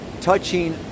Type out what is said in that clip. touching